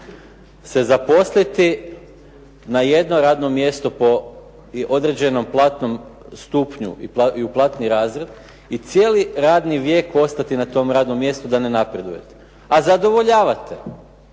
se zaposliti na jedno radno mjesto po određenom platnom stupnju i u platni razvoj i cijeli radni vijek ostati na tom radnom mjestu da ne napredujete. A zadovoljavate,